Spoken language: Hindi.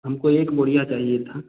हमको एक बोरीया चाहिए था